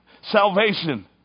salvation